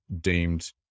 deemed